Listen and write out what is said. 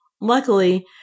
Luckily